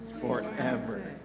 forever